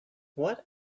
what